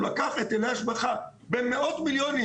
הוא לקח היטלי השבחה במאות מיליונים.